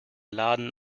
laden